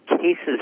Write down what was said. cases